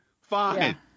fine